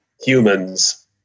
humans